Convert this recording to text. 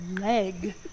leg